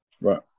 Right